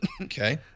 Okay